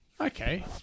Okay